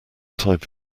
type